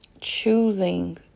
Choosing